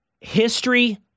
History